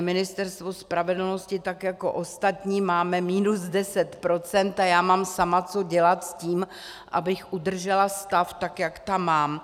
Ministerstvo spravedlnosti tak jako ostatní máme minus deset procent a já mám sama co dělat s tím, abych udržela stav tak, jak tam mám.